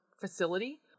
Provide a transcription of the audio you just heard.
facility